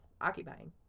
occupying